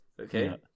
okay